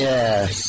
Yes